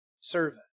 servant